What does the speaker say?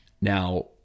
now